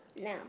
No